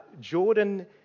Jordan